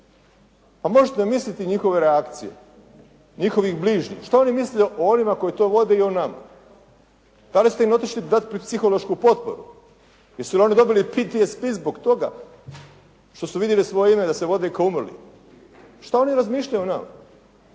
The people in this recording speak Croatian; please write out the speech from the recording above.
Pa možete misliti njihove reakcije, njihovih bližnjih. Što oni misle o onim koji to vode i o nama? Da li ste im otišli dati psihološku potporu? Jesu li oni dobili PTSP zbog toga što su vidjeli stvorenja da se vode kao umrli? Što oni misle o nama?